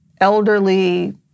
elderly